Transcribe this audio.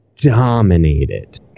dominated